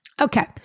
Okay